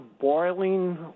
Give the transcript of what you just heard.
boiling